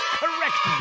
correct